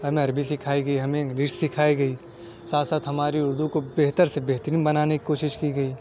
ہمیں عربی سکھائی گئی ہمیں انگلش سکھائی گئی ساتھ ساتھ ہماری اردو کو بہتر سے بہترین بنانے کی کوشش کی گئی